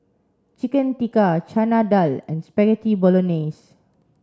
Chicken Tikka Chana Dal and Spaghetti Bolognese